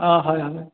অঁ হয় হয়